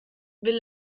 will